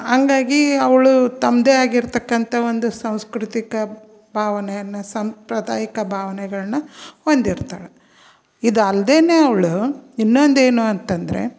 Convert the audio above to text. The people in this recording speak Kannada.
ಹಂಗಾಗಿ ಅವಳು ತಮ್ಮದೇ ಆಗಿರತಕ್ಕಂಥ ಒಂದು ಸಾಂಸ್ಕೃತಿಕ ಭಾವನೆಯನ್ನು ಸಾಂಪ್ರದಾಯಿಕ ಭಾವನೆಗಳನ್ನ ಹೊಂದಿರ್ತಾಳೆ ಇದು ಅಲ್ಲದೇ ಅವಳು ಇನ್ನೊಂದು ಏನು ಅಂತ ಅಂದ್ರೆ